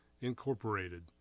Incorporated*